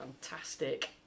Fantastic